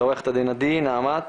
עו"ד עדי נעמת